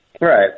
right